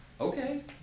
Okay